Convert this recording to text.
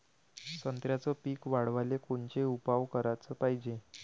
संत्र्याचं पीक वाढवाले कोनचे उपाव कराच पायजे?